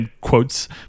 quotes